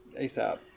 ASAP